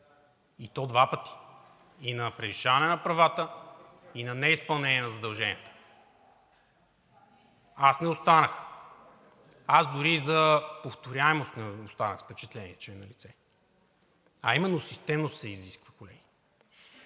и то два пъти – и на превишаване на правата, и на неизпълнение на задълженията? Аз не останах, аз дори за повторяемост не останах с впечатление, че има, а именно системност се изисква, колеги!